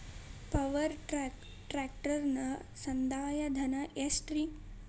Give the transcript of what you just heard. Power track ಟ್ರ್ಯಾಕ್ಟರನ ಸಂದಾಯ ಧನ ಎಷ್ಟ್ ರಿ?